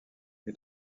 les